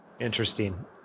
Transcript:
Interesting